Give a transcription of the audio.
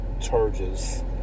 charges